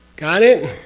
got it?